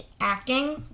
acting